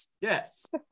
Yes